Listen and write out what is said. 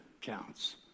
counts